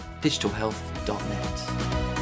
digitalhealth.net